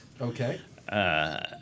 Okay